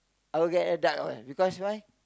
okay a dark oil because why